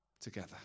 together